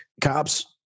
cops